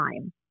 time